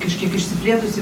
kažkiek išsiplėtusi